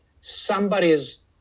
somebody's